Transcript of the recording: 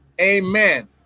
Amen